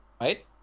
right